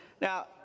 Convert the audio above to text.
Now